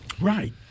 Right